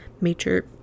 Major